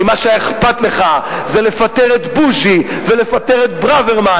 כי מה שהיה אכפת לך זה לפטר את בוז'י ולפטר את ברוורמן